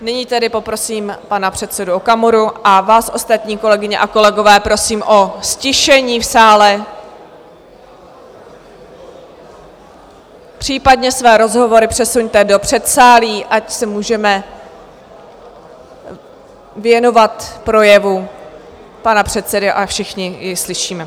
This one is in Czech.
Nyní tedy poprosím pana předsedu Okamuru a vás ostatní, kolegyně a kolegové, prosím o ztišení v sále, případně své rozhovory přesuňte do předsálí, ať se můžeme věnovat projevu pana předsedy a všichni i slyšíme.